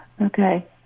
Okay